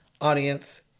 Audience